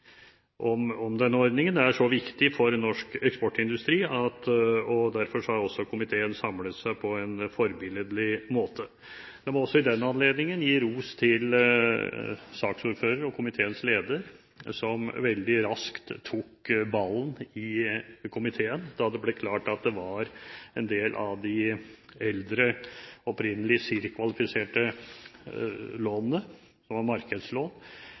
denne ordningen. Den er så viktig for norsk eksportindustri, og derfor har komiteen samlet seg på en forbilledlig måte. Jeg må i den anledning gi ros til saksordføreren og komiteens leder, som veldig raskt tok ballen i komiteen, da det ble klart at det var en del av de eldre, opprinnelig CIRR-kvalifiserte lånene som var markedslån,